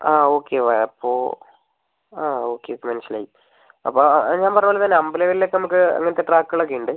ആ ഓക്കെ വ അപ്പോൾ ആ ഓക്കെ ഇപ്പം മനസ്സിലായി അപ്പം ഞാൻ പറഞ്ഞത് പോലെ തന്നെ അമ്പലവയലിലൊക്കെ നമുക്ക് അങ്ങനത്തെ ട്രാക്കുകളൊക്കെയുണ്ട്